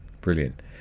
Brilliant